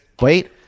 Wait